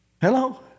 Hello